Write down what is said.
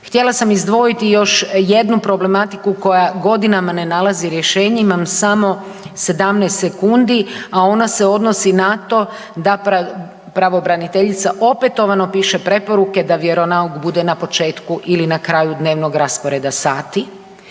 Htjela sam izdvojiti još jednu problematiku koja godinama ne nalazi rješenja. Imam samo 17 sekundi, a ona se odnosi na to da pravobraniteljica opetovano piše preporuke da vjeronauk bude na početku ili na kraju dnevnog rasporeda sati.